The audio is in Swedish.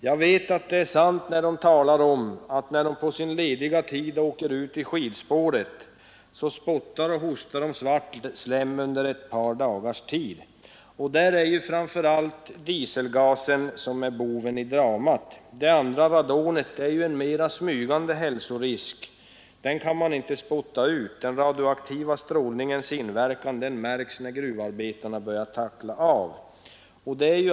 Jag vet också att det är sant när de talar om, att då de på sin lediga tid far ut i skidspåret så spottar och hostar de svart slem under ett par dagars tid. Där är framför allt dieselgasen boven i dramat år ned i gruvan vet att de Det andra, radonet, är ju en mera smygande hälsorisk. Den kan man inte spotta ut. Den radioaktiva strålningens inverkan märks först när gruvarbetaren börjar tackla av.